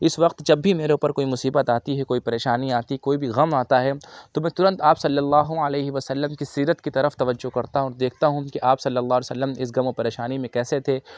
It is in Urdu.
اِس وقت جب بھی میرے اُوپر کوئی مصیبت آتی ہے کوئی پریشانی آتی کوئی بھی غم آتا ہے تو میں تُرنت آپ صلی اللہ علیہ وسلم کی سیرت کی طرف توجہ کرتا ہوں دیکھتا ہوں کہ آپ صلی اللہ علیہ وسلم اِس غم و پریشانی میں کیسے تھے